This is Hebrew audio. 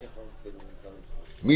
בעד.